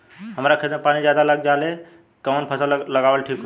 हमरा खेत में पानी ज्यादा लग जाले कवन फसल लगावल ठीक होई?